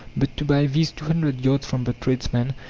but to buy these two hundred yards from the tradesman,